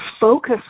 focus